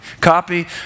copy